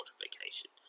fortification